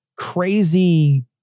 crazy